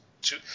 two